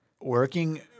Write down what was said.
working